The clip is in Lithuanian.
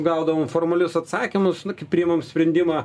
gaudavom formalius atsakymus nu kaip priimam sprendimą